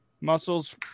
muscles